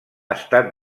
estat